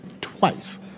twice